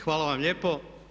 Hvala vam lijepo.